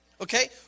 Okay